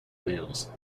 males